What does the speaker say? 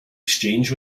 exchange